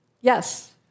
Yes